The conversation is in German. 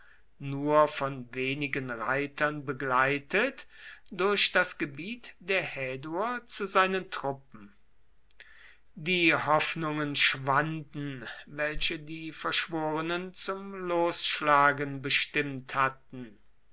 nur von wenigen reitern begleitet durch das gebiet der häduer zu seinen truppen die hoffnungen schwanden welche die verschworenen zum losschlagen bestimmt hatten